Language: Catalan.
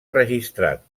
registrat